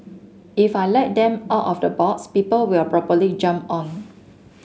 if I let them out of the box people will probably jump on